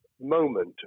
moment